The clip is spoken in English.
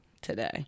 today